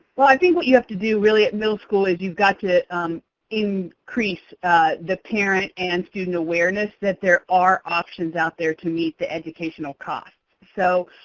well, i think what you have to do really at middle school is you've got to increase the parent and student awareness that there are options out there to meet the educational cost. so,